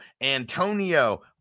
Antonio